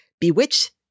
bewitch